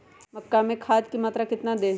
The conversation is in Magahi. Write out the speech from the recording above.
मक्का में खाद की मात्रा कितना दे?